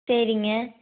சரிங்க